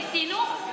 ניסינו,